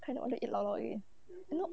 I don't want to eat llaollao again you know